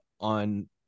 on